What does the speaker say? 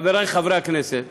חברי חברי הכנסת,